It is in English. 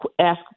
ask